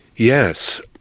yes.